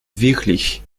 wirklich